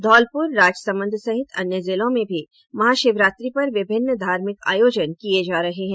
धौलपुर राजसमंद सहित अन्य जिलों में भी महाशिवरात्रि पर विभिन्न धार्मिक आयोजन किए जा रहे हैं